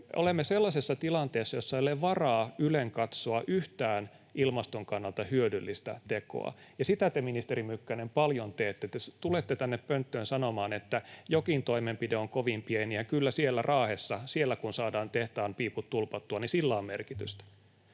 Olemme sellaisessa tilanteessa, jossa ei ole varaa ylenkatsoa yhtään ilmaston kannalta hyödyllistä tekoa, ja sitä te, ministeri Mykkänen, paljon teette. Te tulette tänne pönttöön sanomaan, että jokin toimenpide on kovin pieni ja kun siellä Raahessa saadaan tehtaanpiiput tulpattua, niin kyllä sillä on merkitystä.